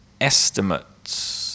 estimates